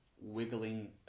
wiggling